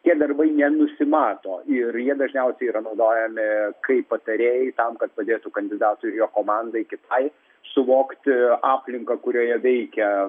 tie darbai nenusimato ir jie dažniausiai yra naudojami kaip patarėjai tam kad padėtų kandidatui ir jo komandai kitai suvokti aplinką kurioje veikia